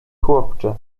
chłopcze